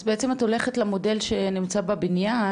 אז בעצם את הולכת למודל שנמצא בבניין,